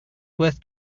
worth